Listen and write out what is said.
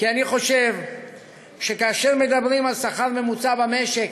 כי אני חושב שכאשר מדברים על שכר ממוצע במשק,